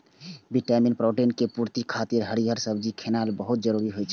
vitamin, protein के पूर्ति खातिर हरियर सब्जी खेनाय बहुत जरूरी होइ छै